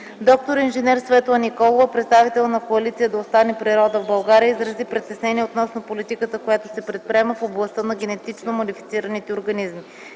Д-р инж. Светла Николова, представител на коалиция „Да остане природа в България”, изрази притеснения относно политиката, която се предприема в областта на генетично модифицираните организми.